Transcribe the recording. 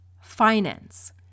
finance